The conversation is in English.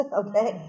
okay